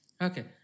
Okay